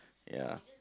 ya